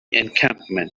encampment